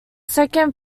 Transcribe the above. second